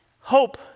hope